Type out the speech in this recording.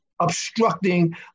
obstructing